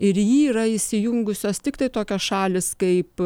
ir į jį yra įsijungusios tiktai tokios šalys kaip